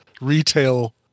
retail